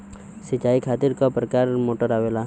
सिचाई खातीर क प्रकार मोटर आवेला?